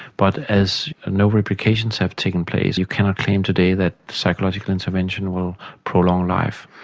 but as no replications have taken place you cannot claim today that psychological intervention will prolong life.